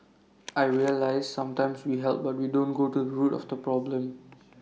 I realised sometimes we help but we don't go to root of the problem